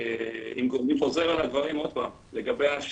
הם לא יכולים כרגע לשמש בתפקיד של לסייע במשמרות זה"ב בבתי